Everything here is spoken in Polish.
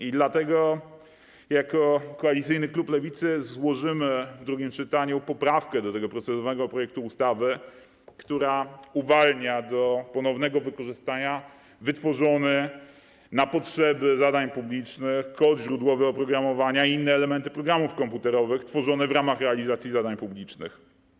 I dlatego jako koalicyjny klub Lewicy złożymy w drugim czytaniu poprawkę do procedowanego projektu ustawy, która uwalnia do ponownego wykorzystania wytworzony na potrzeby zadań publicznych kod źródłowy oprogramowania i inne elementy programów komputerowych tworzone w ramach realizacji zadań publicznych.